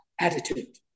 attitude